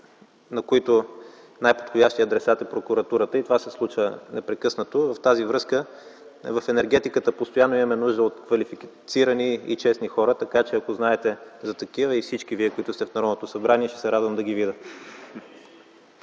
на които най-подходящият адресат е прокуратурата. И това се случва непрекъснато. Във връзка с това в енергетиката постоянно имаме нужда от квалифицирани и честни хора. Така че ако знаете за такива и всички вие, които сте в Народното събрание, ще се радвам да ги видя.